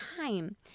time